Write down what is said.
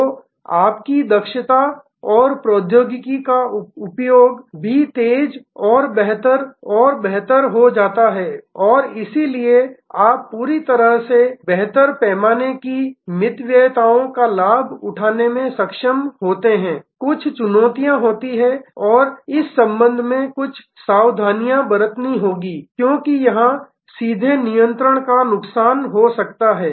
तो आपकी दक्षता और प्रौद्योगिकी का उपयोग भी तेज और बेहतर और बेहतर हो जाता है और इसलिए आप पूरी तरह से बेहतर पैमाने की मितव्ययिताओं का लाभ उठाने में सक्षम होते हैं कुछ चुनौतियाँ होती हैं और इस संबंध में कुछ सावधानियां बरतनी होगी क्योंकि यहां सीधे नियंत्रण का नुकसान हो सकता है